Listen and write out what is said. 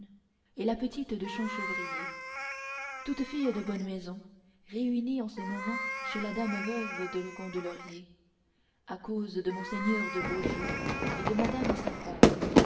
et la petite de champchevrier toutes filles de bonne maison réunies en ce moment chez la dame veuve de gondelaurier à cause de monseigneur de beaujeu et de madame sa femme